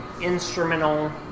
instrumental